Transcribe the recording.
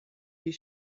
die